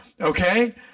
Okay